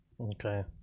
Okay